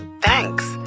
Thanks